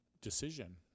decision